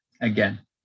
Again